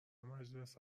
مجلس